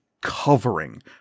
covering